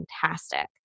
fantastic